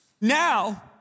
now